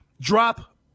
drop